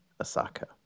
Osaka